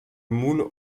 moule